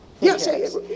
Yes